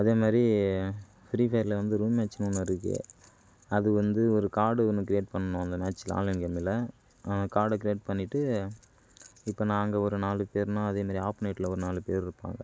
அதே மாதிரி ஃப்ரிஃபயர்ல வந்து ரூம் மேட்ச்னு ஒன்னு இருக்குது அது வந்து ஒரு கார்டு ஒன்னு கிரியேட் பண்ணும் அந்த மேச்சில ஆன்லைன் கேம்ல கார்ட கிரியேட் பண்ணிட்டு இப்ப நாங்கள் ஒரு நாளு பேருனா அதே மாதிரி ஆப்நெட்ல ஒரு நாள் பேர் இருப்பாங்க